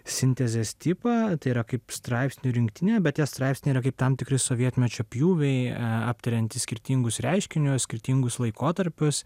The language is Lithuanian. sintezės tipą tai yra kaip straipsnių rinktinė bet tie straipsniai yra kaip tam tikri sovietmečio pjūviai aptariantys skirtingus reiškinius skirtingus laikotarpius